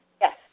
Yes